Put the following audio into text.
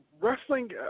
wrestling